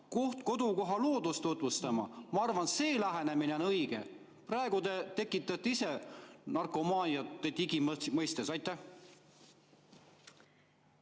kodukoha loodust tutvustada. Ma arvan, et see lähenemine on õige. Praegu te tekitate ise narkomaaniat digi mõistes. Aitäh!